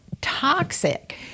toxic